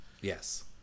Yes